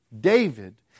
David